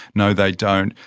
no, they don't.